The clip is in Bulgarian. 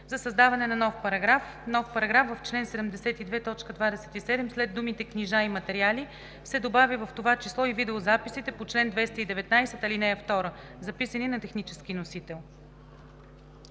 за създаване на нов параграф: „В чл. 72, т. 27 след думите „книжа и материали“ се добавя „в това число и видеозаписите по чл. 219, ал. 2, записани на технически носител“.“